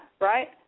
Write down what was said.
right